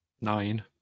Nine